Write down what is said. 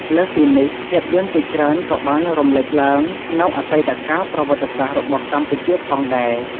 លើសពីនេះ ភាពយន្តជាច្រើនក៏បាន រំលេចឡើងនូវអតីតកាលប្រវត្តិសាស្ត្ររបស់កម្ពុជា ផងដែរ។